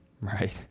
right